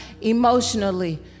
emotionally